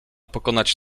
pokonać